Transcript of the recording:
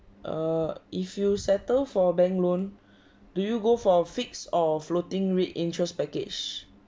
err if you settle for bank loan do you go for a fixed or floating rate interest package